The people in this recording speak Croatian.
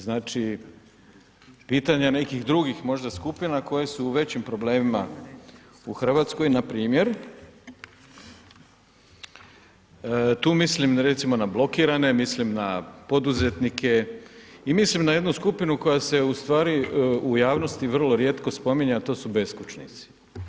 Znači pitanja nekih drugih možda skupina koje su u većim problemima u Hrvatskoj npr. tu mislim recimo na blokirane, mislim na poduzetnike i mislim na jednu skupinu koja se u stvari u javnosti vrlo rijetko spominje, a to su beskućnici.